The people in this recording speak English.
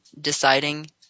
deciding